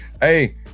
hey